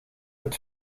het